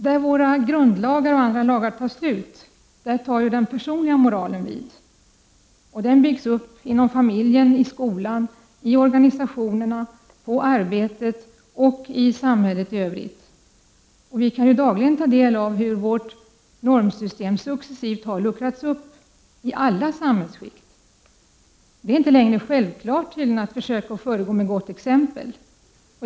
Där våra grundlagar tar slut tar den personliga moralen vid, och den byggs upp inom familjen, i skolan, i organisationerna, på arbetsplatserna och i samhället i övrigt. Vi kan dagligen ta del av hur vårt normsystem successivt luckras upp i alla samhällsskikt. Det är tydligen inte längre självklart att föregå med gott exempel.